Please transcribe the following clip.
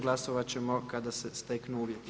Glasovat ćemo kada se steknu uvjeti.